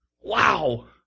Wow